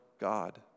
God